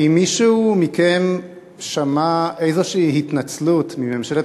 האם מישהו מכם שמע איזושהי התנצלות מממשלת